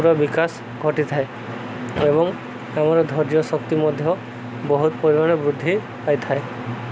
ପୁରା ବିକାଶ ଘଟିଥାଏ ଏବଂ ଆମର ଧୈର୍ଯ୍ୟ ଶକ୍ତି ମଧ୍ୟ ବହୁତ ପରିମାଣରେ ବୃଦ୍ଧି ପାଇଥାଏ